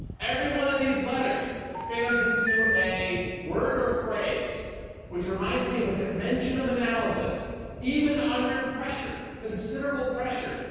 every one of these letters expands into a word or phrase which reminds me of a dimension of analysis even under pressure, considerable pressure,